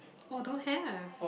oh don't have